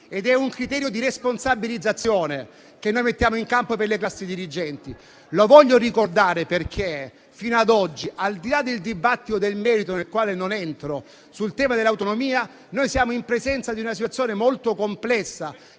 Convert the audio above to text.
Ed è un criterio di responsabilizzazione che mettiamo in campo per le classi dirigenti. Lo voglio ricordare, perché fino ad oggi, al di là del dibattito nel merito, nel quale non entro, sul tema dell'autonomia, siamo in presenza di una situazione molto complessa